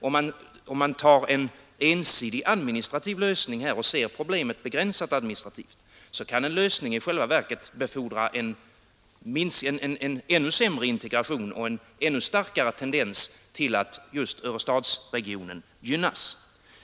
Om man tar en ensidig administrativ lösning kan en sådan i själva verket befordra en ännu sämre integration och en ännu starkare tendens till att just Örestadsregionen gynnas.